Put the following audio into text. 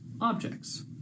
objects